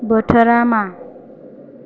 बोथोरा मा